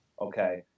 okay